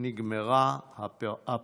נגמרה הפרשה.